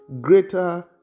greater